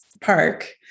park